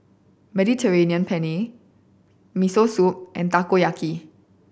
Mediterranean Penne Miso Soup and Takoyaki